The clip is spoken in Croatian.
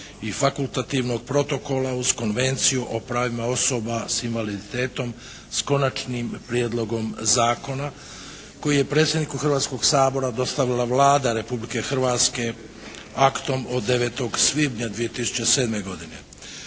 i fakultativnog protokola uz Konvenciju o pravima osoba s invaliditetom s konačnim prijedlogom zakona koji je predsjedniku Hrvatskoga sabora dostavila Vlada Republike Hrvatske aktom od 9. svibnja 2007. godine.